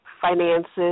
finances